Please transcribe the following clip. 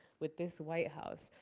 with this white house.